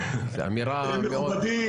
מכובדי